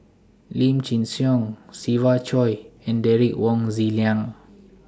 Lim Chin Siong Siva Choy and Derek Wong Zi Liang